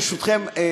ברשותכם,